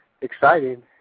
exciting